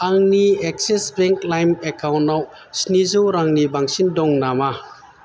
आंनि Axis bank लाइम account आव स्निजौ रांनि बांसिन दं नामा